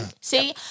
See